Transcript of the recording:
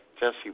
Jesse